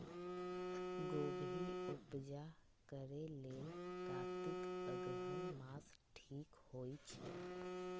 गोभि उपजा करेलेल कातिक अगहन मास ठीक होई छै